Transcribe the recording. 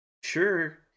sure